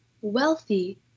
wealthy